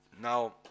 Now